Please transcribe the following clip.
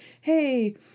hey